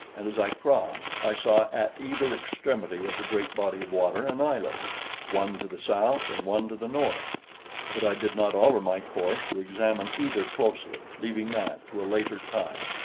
and as i crossed, i saw at either extremity of the great body of water an island one to the south and one to the north but i did not alter my course to examine either closely, leaving that to a later time.